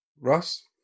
Ross